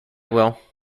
will